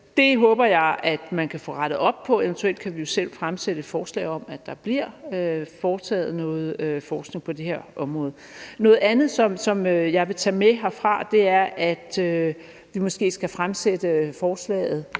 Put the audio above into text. Det håber jeg at man kan få rettet op på. Eventuelt kan vi jo selv fremsætte et forslag om, at der bliver foretaget noget forskning på det her område. Noget andet, som jeg vil tage med herfra, er, at vi måske skal fremsætte forslaget